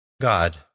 God